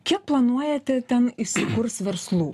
kiek planuojate ten įsikurs verslų